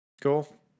Cool